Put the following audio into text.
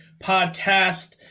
podcast